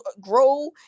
grow